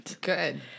Good